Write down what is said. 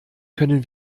können